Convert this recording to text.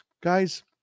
guys